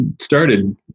started